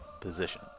position